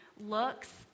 looks